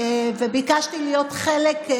וביקשתי להיות חלק,